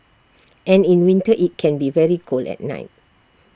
and in winter IT can be very cold at night